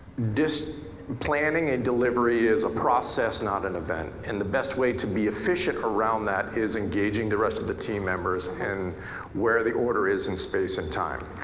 planning and delivery is a process, not an event. and the best way to be efficient around that is engaging the rest of the team members and where the order is in space and time.